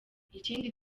ikindi